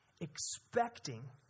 Expecting